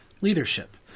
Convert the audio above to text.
leadership